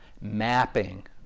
mapping